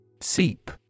Seep